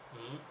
mm